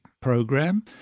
program